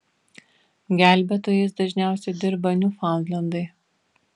gelbėtojais dažniausiai dirba niūfaundlendai